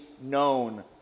known